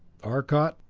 arcot,